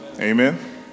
Amen